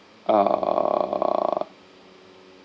uh